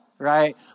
Right